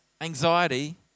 anxiety